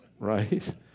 Right